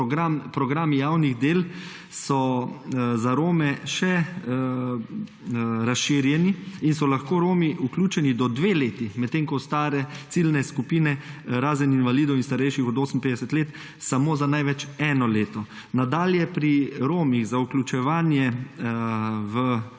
programi javnih del so za Rome še razširjeni in so lahko Romi vključeni do 2 leti, medtem ko ostale ciljne skupine, razen invalidov in starejših od 58 let, samo za največ 1 leto. Nadalje, pri Romih za vključevanje v